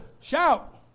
Shout